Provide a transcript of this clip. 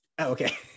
Okay